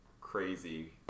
crazy